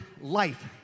life